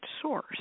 source